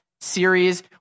series